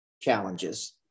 challenges